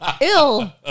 ill